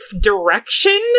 direction